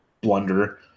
blunder –